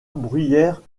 bruyères